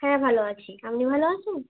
হ্যাঁ ভালো আছি আপনি ভালো আছেন